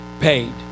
paid